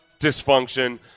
dysfunction